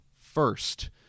First